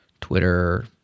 Twitter